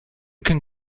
can